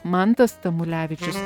mantas tamulevičius